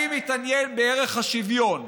אני מתעניין בערך השוויון.